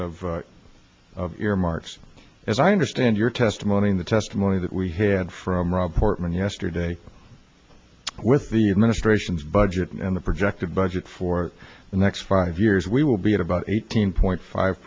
importance of earmarks as i understand your testimony in the testimony that we had from rob portman yesterday with the administration's budget and the projected budget for the next five years we will be at about eighteen point five